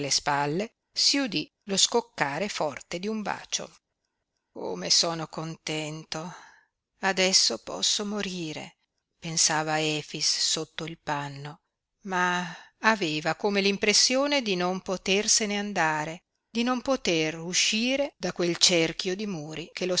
le spalle si udí lo scoccare forte di un bacio come sono contento adesso posso morire pensava efix sotto il panno ma aveva come l'impressione di non potersene andare di non poter uscire da quel cerchio di muri che